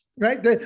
Right